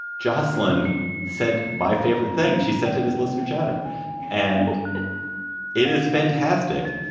joslyn said. my favorite thing she sent it is listener chatter and it is fantastic.